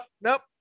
nope